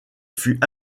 fut